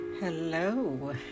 Hello